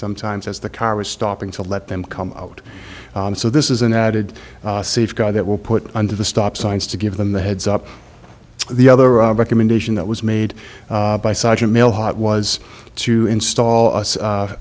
sometimes as the car was stopping to let them come out so this is an added safeguard that will put under the stop signs to give them the heads up the other recommendation that was made by such a male hot was to install a